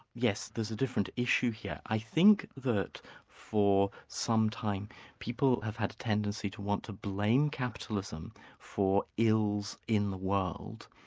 yes, there's a different issue here. i think that for some time people have had a tendency to want to blame capitalism for ills in the world.